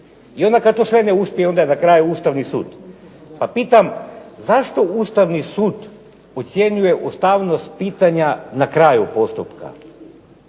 i onda kad to sve ne uspije onda je na kraju Ustavni sud. Pa pitam zašto Ustavni sud ocjenjuje ustavnost pitanja na kraju postupka?